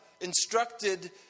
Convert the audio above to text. instructed